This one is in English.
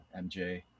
MJ